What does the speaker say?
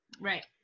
Right